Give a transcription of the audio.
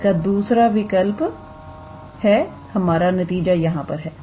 इसका दूसरा विकल्प है हमारा नतीजा यहां पर यह है